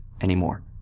anymore